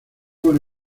con